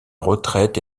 retraite